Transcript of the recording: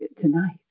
tonight